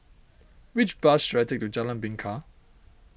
which bus should I take to Jalan Bingka